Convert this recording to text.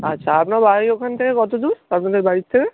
আচ্ছা আপনার বাড়ির ওখান থেকে কতো দূর আপনাদের বাড়ির থেকে